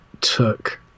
took